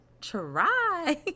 try